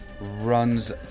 runs